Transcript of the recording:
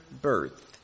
birth